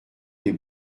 les